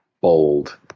bold